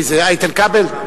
מי זה, איתן כבל?